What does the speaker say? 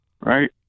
Right